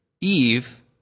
Eve